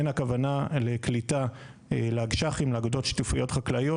אין הכוונה לקליטה לאגודות שיתופיות חקלאיות